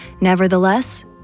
Nevertheless